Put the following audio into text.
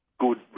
good